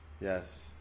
Yes